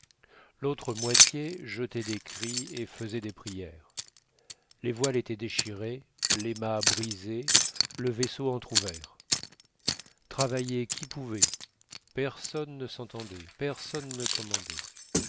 l'autre moitié jetait des cris et fesait des prières les voiles étaient déchirées les mâts brisés le vaisseau entr'ouvert travaillait qui pouvait personne ne s'entendait personne ne commandait